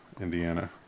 Indiana